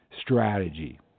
strategy